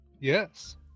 Yes